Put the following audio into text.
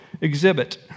exhibit